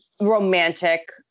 romantic